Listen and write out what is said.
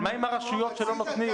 הרשויות שלא נותנים?